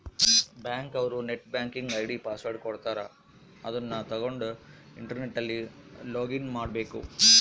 bank ಅವ್ರು net banking ID password ಕೊಡ್ತಾರ ಅದುನ್ನ ತಗೊಂಡ್ ಇಂಟರ್ನೆಟ್ ಅಲ್ಲಿ ಲೊಗಿನ್ ಮಾಡ್ಕಬೇಕು